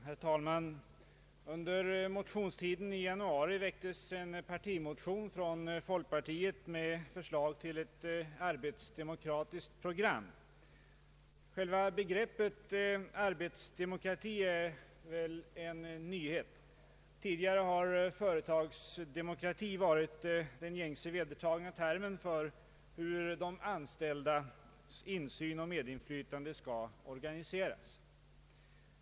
Herr talman! Under motionstiden i januari väcktes en partimotion från folkpartiet med förslag till ett arbetsdemokratiskt program. Själva begreppet arbetsdemokrati är en nyhet. Tidigare har företagsdemokrati varit den gängse vedertagna termen för hur de anställdas insyn och medinflytande skall organiseras.